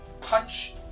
Punch